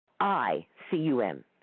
I-C-U-M